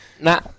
Nah